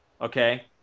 Okay